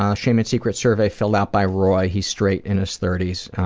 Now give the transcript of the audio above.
um shame and secrets survey filled out by roy. he's straight, in his thirty s,